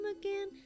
again